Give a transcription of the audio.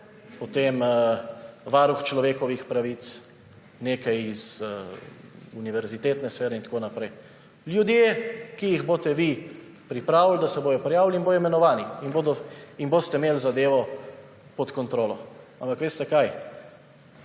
potem varuh človekovih pravic, nekaj iz univerzitetne sfere itn., ljudje, ki jih boste vi pripravili, da se bodo prijavili in bodo imenovani in boste imeli zadevo pod kontrolo. Ampak veste kaj,